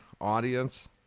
audience